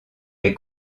les